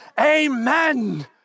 Amen